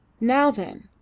now, then!